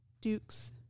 Duke's